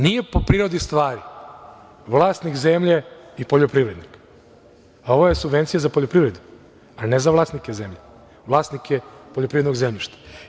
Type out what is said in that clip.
Nije po prirodi stvari vlasnik zemlje i poljoprivrednik, a ovo je subvencija za poljoprivredu, a ne za vlasnike zemlje, vlasnike poljoprivrednog zemljišta.